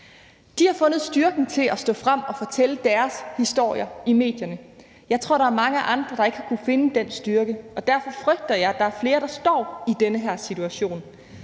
De har fundet styrken til at stå frem og fortælle deres historier i medierne. Jeg tror, der er mange andre, der ikke har kunnet finde den styrke, og derfor frygter jeg, at der er flere, der står i den her situation.